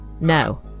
No